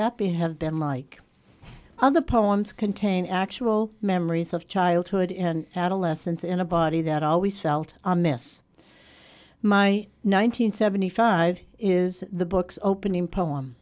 that be have been like other poems contain actual memories of childhood and adolescence in a body that always felt a mess my nine hundred seventy five is the books opening poem